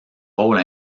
rôle